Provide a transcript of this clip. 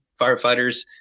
firefighters